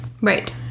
Right